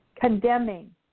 Condemning